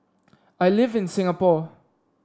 I live in Singapore